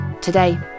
Today